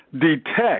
detect